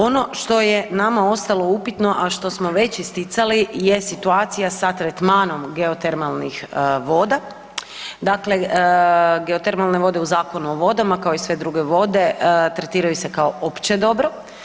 Ono što je nama ostalo upitno a što smo već isticali je situacija sa tretmanom geotermalnih voda, dakle geotermalne vode u Zakonu u vodama kao i sve druge vode, tretiraju se kao opće dobro.